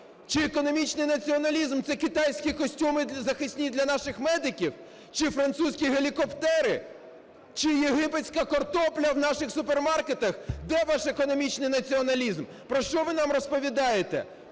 Чи економічний націоналізм – це китайські костюми захисні для наших медиків, чи французькі гелікоптери, чи єгипетська картопля в наших супермаркетах? Де ваш економічний націоналізм, про що ви нам розповідаєте?